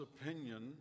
opinion